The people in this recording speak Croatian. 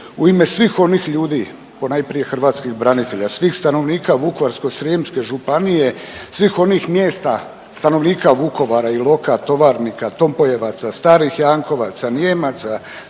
u ime svih onih ljudi, ponajprije hrvatskih branitelja, svih stanovnika Vukovarsko-srijemske županije, svih onih mjesta stanovnika Vukovara, Iloka, Tovarnika, Tompojevaca, Starih Jankovaca, Nijemaca